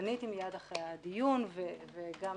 פניתי מיד אחרי הדיון, וגם